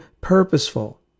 purposeful